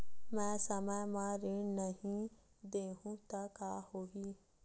मैं समय म ऋण नहीं देहु त का होही